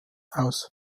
aus